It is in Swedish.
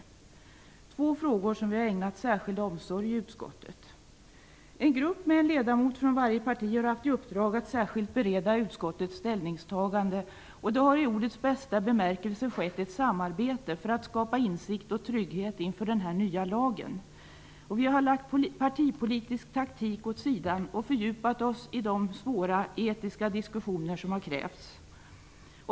Detta är två frågor som vi har ägnat särskild omsorg i utskottet. En grupp med en ledamot från varje parti har haft i uppdrag att särskilt bereda utskottets ställningstagande, och det har skett ett samarbete i ordets rätta bemärkelse för att skapa insikt och trygghet inför den nya lagen. Vi har lagt partipolitisk taktik åt sidan och fördjupat oss i de svåra etiska diskussioner som har krävts.